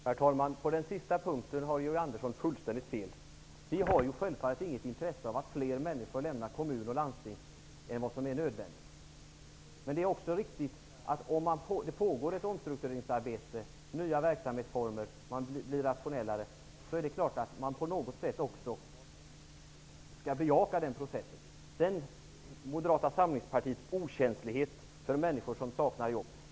Herr talman! På den sista punkten har Georg Andersson helt fel. Vi moderater har självfallet inget intresse av att flera människor än vad som är nödvändigt lämnar sin anställning i kommun och landsting. Det är dock riktigt att det pågår ett omstruktureringsarbete. Man inför nya verksamhetsformer, och man blir rationellare. Det är klart att man på något sätt skall bejaka den processen. Georg Andersson talade om Moderata samlingspartiets okänslighet gentemot människor som saknar jobb.